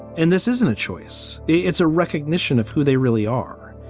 and this isn't a choice. it's a recognition of who they really are.